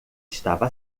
estava